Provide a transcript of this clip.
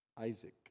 Isaac